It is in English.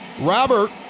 Robert